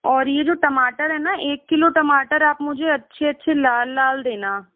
और यह जो टमाटर है न एक किलो टमाटर आप मुझे अच्छे अच्छे लाल लाल देना